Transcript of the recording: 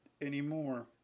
anymore